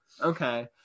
okay